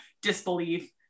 disbelief